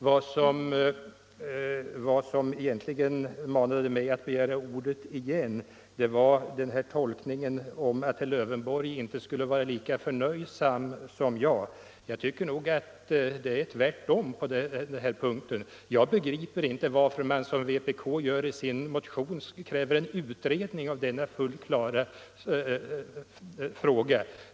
Vad som egentligen uppkallade mig att begära ordet igen var tolkningen att herr Lövenborg inte skulle vara lika förnöjsam som jag. Jag tycker nog att det är tvärtom på den här punkten. Jag begriper inte varför vpk, som partiet gör i sin motion, kräver en utredning av denna fullt klara fråga.